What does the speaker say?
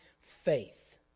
faith